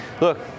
Look